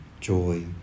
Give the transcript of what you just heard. joy